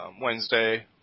Wednesday